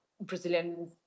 Brazilian